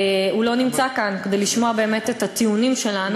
לא נמצא כאן כדי לשמוע באמת את הטיעונים שלנו.